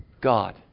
God